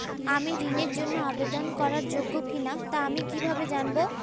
আমি ঋণের জন্য আবেদন করার যোগ্য কিনা তা আমি কীভাবে জানব?